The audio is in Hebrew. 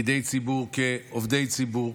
פקידי ציבור כעובדי ציבור,